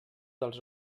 dels